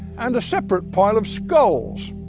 and a separate pile of skulls.